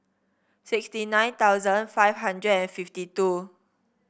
sixty nine thousand five hundred and fifty two